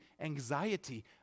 anxiety